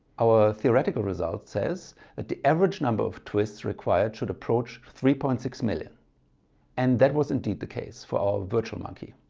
our theoretical result says that the average number of twists required should approach three point six million and that was indeed the case for our virtual monkey.